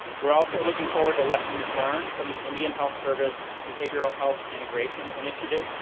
we're also looking forward to lessons learned from the indian health service behavioral health integration initiative.